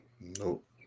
Nope